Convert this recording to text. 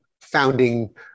founding